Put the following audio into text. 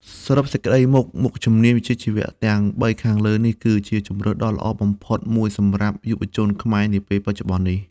សរុបសេចក្តីមក មុខជំនាញវិជ្ជាជីវៈទាំងបីខាងលើនេះគឺជាជម្រើសដ៏ល្អបំផុតមួយសម្រាប់យុវជនខ្មែរនាពេលបច្ចុប្បន្ននេះ។